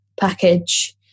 package